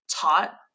taught